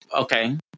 Okay